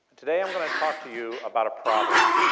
today i'm going to talk to you about a problem.